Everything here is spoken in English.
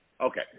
okay